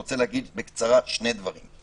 אני רוצה להגיד בקצרה שני דברים.